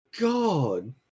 God